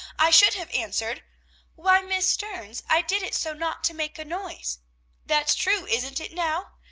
i should have answered why, miss stearns, i did it so not to make a noise that's true, isn't it, now?